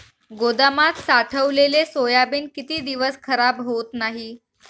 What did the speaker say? गोदामात साठवलेले सोयाबीन किती दिवस खराब होत नाही?